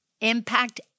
impact